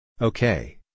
Okay